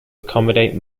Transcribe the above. accommodate